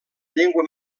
llengua